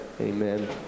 amen